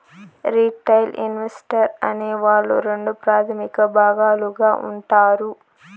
retail investor అనే వాళ్ళు రెండు ప్రాథమిక భాగాలుగా ఉంటారు